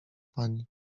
pani